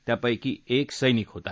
त्यापैकी एक सैनिक होता